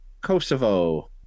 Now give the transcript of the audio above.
Kosovo